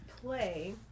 play